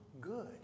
good